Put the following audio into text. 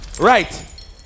Right